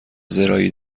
زراعی